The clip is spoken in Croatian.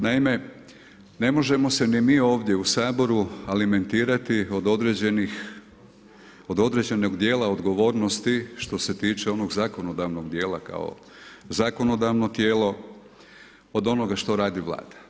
Naime, ne možemo se ni mi ovdje u Saboru alimentirati od određenog dijela odgovornosti što se tiče onog zakonodavnog dijela kao zakonodavno tijelo od onoga što radi Vlada.